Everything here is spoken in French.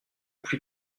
plus